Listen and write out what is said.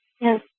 Yes